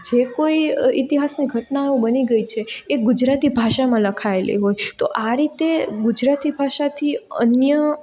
જે કોઈ ઇતિહાસની ઘટનાઓ બની ગઈ છે એ ગુજરાતી ભાષામાં લખાયેલી હોય તો આ રીતે ગુજરાતી ભાષાથી અન્ય